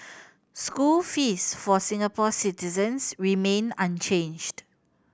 school fees for Singapore citizens remain unchanged